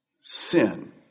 sin